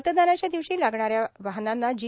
मतदानाच्या दिवशी लागणाऱ्या वाहणांना जी